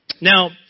Now